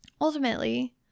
ultimately